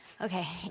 Okay